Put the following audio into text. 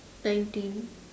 nineteen